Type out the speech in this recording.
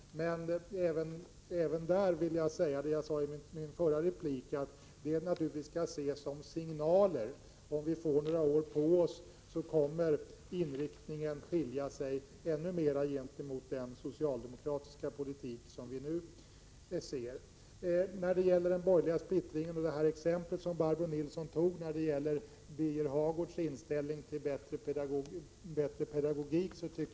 Men även i det sammanhanget vill jag upprepa det jag sade i min förra replik, nämligen att detta naturligtvis i första hand skall ses som signaler. Om vi får några år på oss kommer inriktningen att skilja sig ännu mera gentemot inriktningen i den socialdemokratiska politik som nu förs. Barbro Nilsson illustrerade den borgerliga splittringen med exemplet om Birger Hagårds inställning till bättre pedagogisk utbildning av grundskollärare.